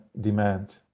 demand